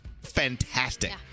fantastic